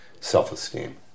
self-esteem